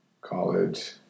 college